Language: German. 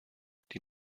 die